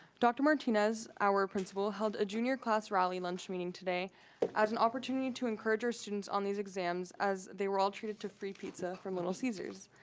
dr. martinez, our principal, held a junior class rally lunch meeting today as an opportunity to encourage our students on these exams, as they were all treated to free pizza from little caesars.